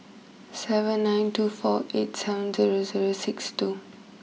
seven nine two four eight seven zero zero six two